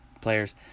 players